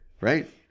Right